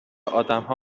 آدمها